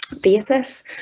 basis